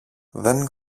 δεν